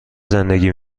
زندگی